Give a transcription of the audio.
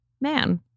man